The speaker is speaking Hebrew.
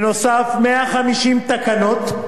חבר הכנסת כץ, ובנוסף, 150 תקנות,